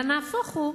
אלא נהפוך הוא,